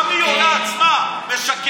גם היא עולה בעצמה ומשקרת,